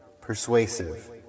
Persuasive